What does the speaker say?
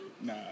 Nah